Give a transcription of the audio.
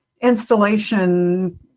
installation